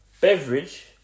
beverage